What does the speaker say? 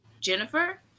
Jennifer